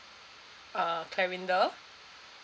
uh C L A R I N D A